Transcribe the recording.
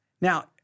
Now